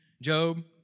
Job